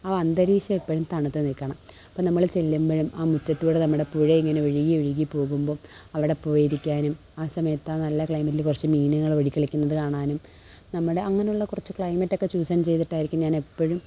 ആ അന്തരീക്ഷം എപ്പോഴും തണുത്ത് നിൽക്കണം അപ്പം നമ്മൾ ചെല്ലുമ്പോഴും ആ മുറ്റത്ത് കൂടി നമ്മുടെ പുഴയിങ്ങനെ ഒഴുകിയൊഴുകി പോകുമ്പം അവിടെ പോയിരിക്കാനും ആ സമയത്ത് ആ നല്ല ക്ലൈമറ്റിൽ കുറച്ച് മീനുകളോടിക്കളിക്കുന്നത് കാണാനും നമ്മുടെ അങ്ങനെയുള്ള കുറച്ച് ക്ലൈമറ്റ് ഒക്കെ ചൂസൻ ചെയ്തിട്ടായിരിക്കും ഞാനെപ്പോഴും